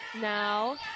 Now